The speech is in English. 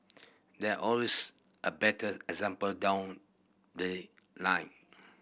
there always a better example down the line